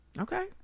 Okay